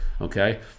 okay